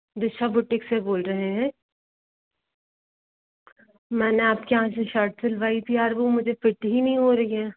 दिशा boutiques से बोल रहे हैं मैंने आपके यहाँ से शर्ट सिलवाई थी यार वो मुझे फिट ही नहीं हो रही है